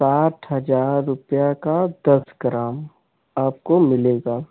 साठ हज़ार रुपया का दस ग्राम आपको मिलेगा